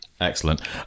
Excellent